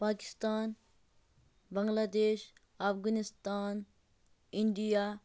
Pakistan Bangladesh Afghanistan India